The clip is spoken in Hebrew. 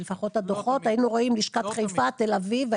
היינו רואים לשכת חיפה, תל אביב.